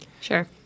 Sure